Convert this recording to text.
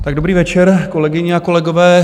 Tak dobrý večer, kolegyně a kolegové.